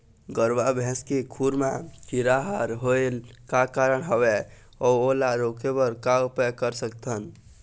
गरवा भैंसा के खुर मा कीरा हर होय का कारण हवए अऊ ओला रोके बर का उपाय कर सकथन?